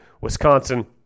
Wisconsin